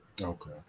Okay